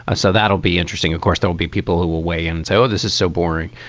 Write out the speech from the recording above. ah so that'll be interesting. of course, there will be people who will weigh in. so this is so boring.